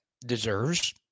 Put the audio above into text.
deserves